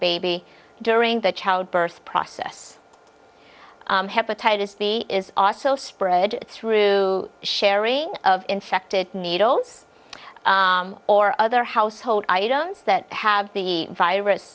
baby during the childbirth process hepatitis b is also spread through sharing of infected needles or other household items that have the virus